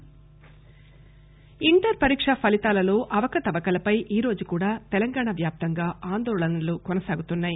inter inter పరీక్షా ఫలితాలలో అవకతవకలపై ఈరోజు కూడా తెలంగాణ వ్యాప్తంగా ఆందోళనలను కొనసాగుతున్నాయి